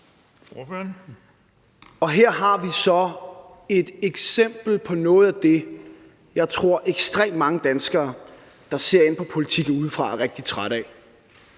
Her har vi så et eksempel på noget af det, jeg tror ekstremt mange danskere, der ser på politik udefra, er rigtig trætte af.